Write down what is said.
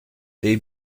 they